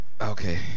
okay